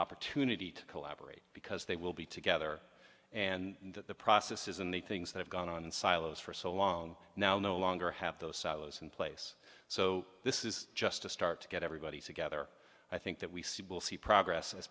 opportunity to collaborate because they will be together and that the process is in the things that have gone on in silos for so long now no longer have those silos in place so this is just a start to get everybody together i think that we will see progress as